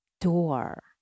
door